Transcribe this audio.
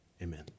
Amen